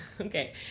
okay